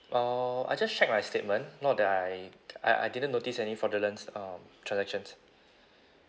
uh I just checked my statement not that I I I didn't notice any fraudulent um transactions